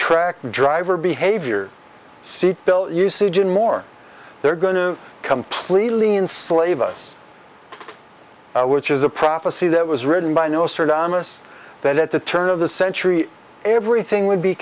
track driver behavior seat belt usage and more they're going to completely in slave us which is a prophecy that was written by no sir thomas that at the turn of the century everything would be